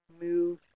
move